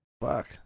Fuck